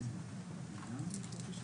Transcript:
תודה שרן.